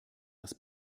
das